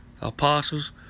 Apostles